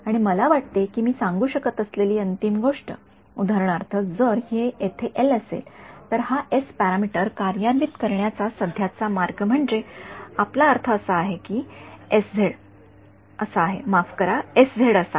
आणि मला वाटते की मी सांगू शकत असलेली अंतिम गोष्ट उदाहरणार्थ जर हे येथे एल असेल तर हा एस पॅरामीटर कार्यान्वित करण्याचा सध्याचा मार्ग म्हणजे आपला अर्थ असा आहे की असा आहे माफ करा असा आहे